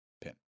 pin